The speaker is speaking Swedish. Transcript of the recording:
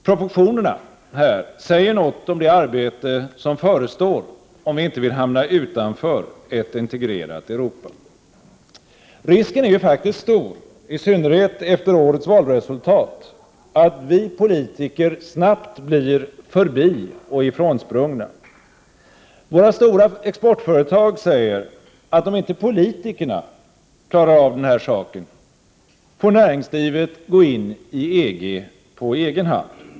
Proportionerna säger något om det arbete som förestår om vi inte vill hamna utanför ett integrerat Europa. Risken är stor — i synnerhet efter årets valresultat — att vi politiker snabbt blir förbioch frånsprungna. Våra stora exportföretag säger att om inte politikerna klarar av saken får näringslivet gå in i EG på egen hand.